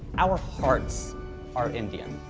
our hearts are indian.